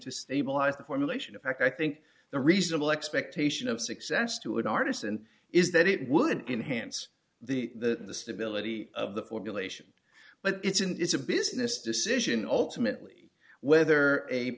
to stabilize the formulation of fact i think the reasonable expectation of success to an artist and is that it would enhance the the stability of the formulation but it's an it's a business decision ultimately whether a